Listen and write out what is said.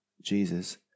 Jesus